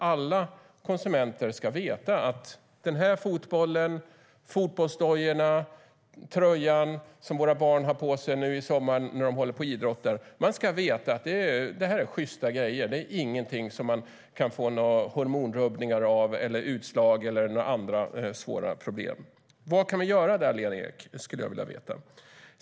Alla konsumenter ska veta att fotbollen, fotbollsdojorna och tröjorna som våra barn använder när de idrottar nu i sommar är sjysta grejer - det är ingenting man kan få hormonrubbningar, utslag eller andra svåra problem av. Vad kan vi göra där, Lena Ek? Det skulle jag vilja veta.